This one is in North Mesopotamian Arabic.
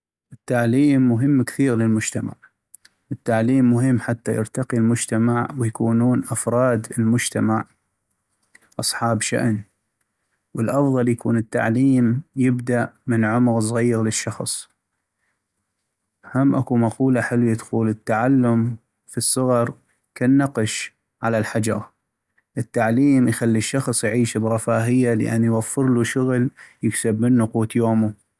التعليم مهم كثيغ للمجتمع ، التعليم مهم حتى يرتقي المجتمع ويكونون أفراد المجتمع أصحاب شأن ، والافضل يكون التعليم يبدء من عمغ صغيغ للشخص ، هم اكو مقولة حلوي تقول التعلم في الصغر كالنقش على الحجغ ، التعليم يخلي الشخص يعيش برفاهية لأن يوفرلو شغل يكسب منو قوت يومو.